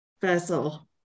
Vessel